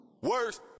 Worst